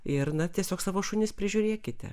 ir na tiesiog savo šunis prižiūrėkite